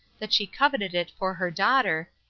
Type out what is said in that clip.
that she coveted it for her daughter,